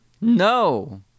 No